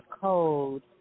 code